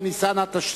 ו' בניסן התשס"ט,